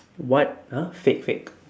what !huh! fake fake